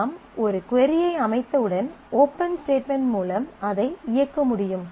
நாம் ஒரு கொரி ஐ அமைத்தவுடன் ஓபன் ஸ்டேட்மென்ட் மூலம் அதை இயக்க முடியும்